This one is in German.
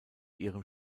ihrem